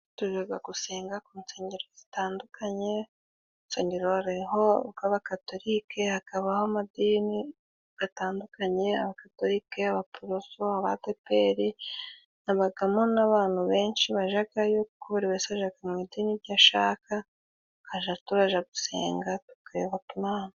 Tujaga gusenga ku nsengero zitandukanye, insengero hariho:urw'abakatorike, hakabaho amadini gatandukanye, abakatorike ,y'abaporoso ,badeperi habagamo n'abantu benshi bajagayo kuko buri wese ajaga mu idini ryo ashaka tukaja turaja gusenga tukayoboka imana.